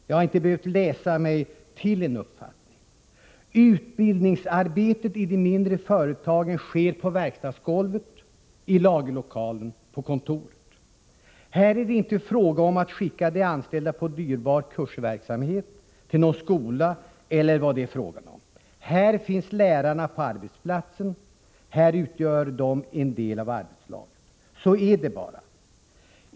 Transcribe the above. Jag har inte behövt läsa mig till en uppfattning. Min erfarenhet är att utbildningsarbetet i de mindre företagen sker på verkstadsgolvet, i lagerlokalen, på kontoret. Det är inte fråga om att skicka de anställda på dyrbar kursverksamhet till någon skola eller vad det är fråga om. Lärarna finns på arbetsplatsen — de utgör en del av arbetslaget. Så är det bara.